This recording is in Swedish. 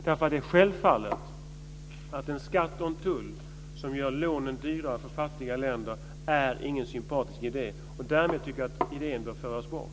Det är självfallet att en skatt och en tull som gör lånen dyrare för fattiga länder inte är någon sympatisk idé. Därför tycker jag att idén bör föras bort.